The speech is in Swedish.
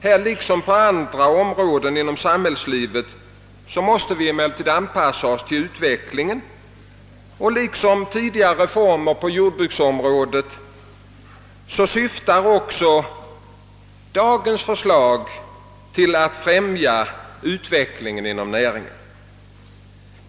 Här liksom på andra områden inom samhället måste vi emellertid anpassa oss till utvecklingen, och liksom tidigare reformer på jordbrukets område syftar också dagens förslag till att främja utvecklingen inom näringen.